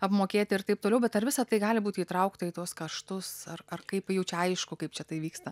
apmokėti ir taip toliau bet ar visa tai gali būti įtraukta į tuos kaštus ar ar kaip jau čia aišku kaip čia tai vyksta